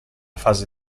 fase